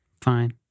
Fine